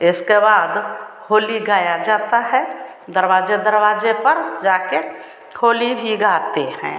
इसके बाद होली गाई जाती है दरवाज़े दरवाज़े पर जाकर होली भी गाते हैं